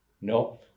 No